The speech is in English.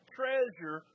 treasure